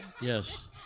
Yes